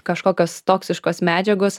kažkokios toksiškos medžiagos